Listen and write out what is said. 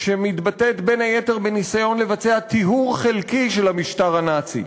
שמתבטאת בין היתר בניסיון לבצע טיהור חלקי של המשטר הנאצי.